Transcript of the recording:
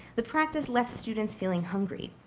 the practice left students feeling hungry.